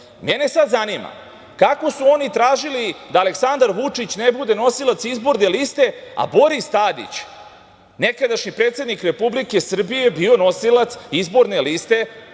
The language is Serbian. sad zanima kako su oni tražili da Aleksandar Vučić ne bude nosilac izborne liste, a Boris Tadić, nekadašnji predsednik Republike Srbije, je bio nosilac izborne liste